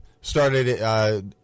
started